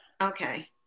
Okay